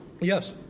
yes